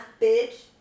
Bitch